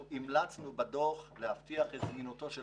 המלצות: המלצנו בדוח להבטיח את זמינותו של